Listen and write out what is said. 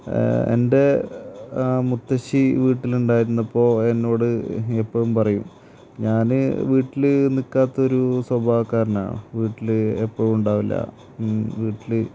എൻ്റെ മുത്തശ്ശി വീട്ടിലുണ്ടായിരുന്നപ്പോൾ എന്നോട് എപ്പോഴും പറയും ഞാൻ വീട്ടിൽ നിൽക്കാത്തൊരു സ്വഭാവക്കാരനാ വീട്ടിൽ എപ്പോഴും ഉണ്ടാവില്ല വീട്ടിൽ